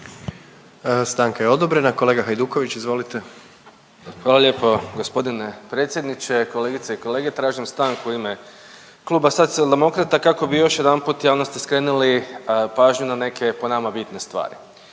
Stanka je odobrena. Kolega Hajduković, izvolite. **Hajduković, Domagoj (Socijaldemokrati)** Hvala lijepo g. predsjedniče. Kolegice i kolege, tražim stanku u ime Kluba Socijaldemokrata kako bi još jedanput javnosti skrenuli pažnju na neke po nama bitne stvari.